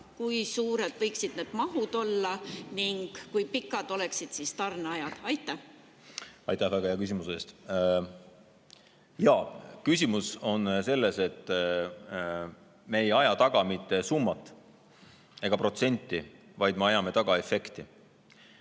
kui suured võiksid need mahud olla ning kui pikad oleksid tarneajad? Aitäh väga hea küsimuse eest! Jaa, küsimus on selles, et me ei aja taga mitte summat ega protsenti, vaid me ajame taga efekti,